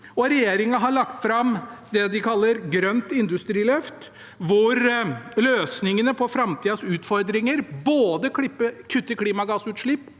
regjeringen har lagt fram det de kaller grønt industriløft, hvor løsningene på framtidas utfordringer – både å kutte klimagassutslipp